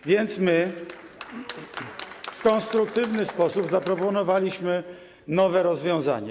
A więc my w konstruktywny sposób zaproponowaliśmy nowe rozwiązanie.